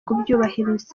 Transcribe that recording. kubyubahiriza